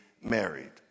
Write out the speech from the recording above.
married